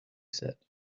said